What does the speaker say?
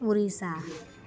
Orissa